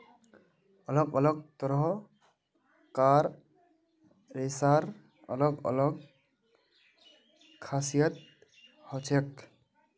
अलग अलग तरह कार रेशार अलग अलग खासियत हछेक